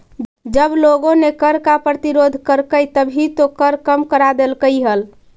जब लोगों ने कर का प्रतिरोध करकई तभी तो कर कम करा देलकइ हल